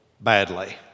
badly